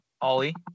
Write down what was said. Ollie